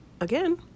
again